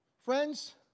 Friends